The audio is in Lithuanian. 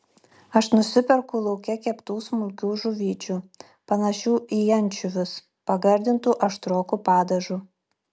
aš nusiperku lauke keptų smulkių žuvyčių panašių į ančiuvius pagardintų aštroku padažu